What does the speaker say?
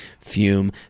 fume